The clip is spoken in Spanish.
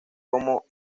como